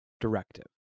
directive